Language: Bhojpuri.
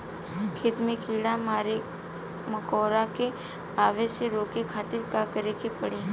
खेत मे कीड़ा मकोरा के आवे से रोके खातिर का करे के पड़ी?